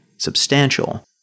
substantial